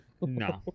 No